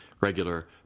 regular